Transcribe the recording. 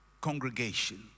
congregation